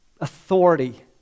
authority